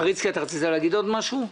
פריצקי, רצית להגיד עוד משהו?